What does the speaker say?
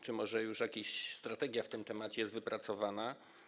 Czy może już jakaś strategia w tym zakresie jest wypracowana?